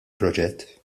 proġett